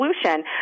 solution